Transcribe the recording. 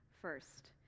first